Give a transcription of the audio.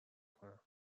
کنم